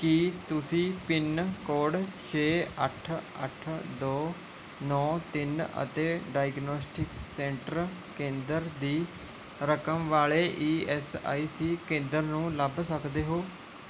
ਕੀ ਤੁਸੀਂ pin code ਛੇ ਅੱਠ ਅੱਠ ਦੋ ਨੌਂ ਤਿੰਨ ਅਤੇ ਡਾਇਗਨੌਸਟਿਕ ਸੈਂਟਰ ਕੇਂਦਰ ਦੀ ਰਕਮ ਵਾਲੇ ਈ ਐੱਸ ਆਈ ਸੀ ਕੇਂਦਰ ਨੂੰ ਲੱਭ ਸਕਦੇ ਹੋ